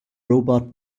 robot